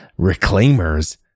Reclaimers